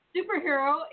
Superhero